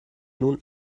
nun